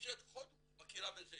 ממשלת הודו מכירה בזה